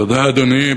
תודה, אדוני.